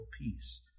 peace